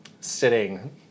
sitting